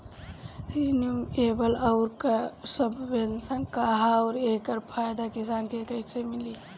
Renewable आउर subvention का ह आउर एकर फायदा किसान के कइसे मिली?